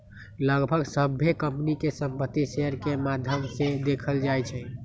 लगभग सभ्भे कम्पनी के संपत्ति शेयर के माद्धम से देखल जाई छई